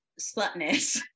slutness